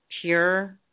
pure